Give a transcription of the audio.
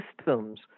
systems